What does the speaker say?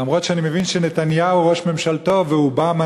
אף-על-פי שאני מבין שנתניהו ראש ממשלתו ואובמה